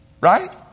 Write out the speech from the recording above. Right